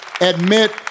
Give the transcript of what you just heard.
admit